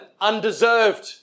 undeserved